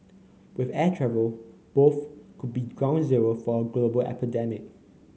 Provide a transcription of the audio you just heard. with air travel both could be ground zero for a global epidemic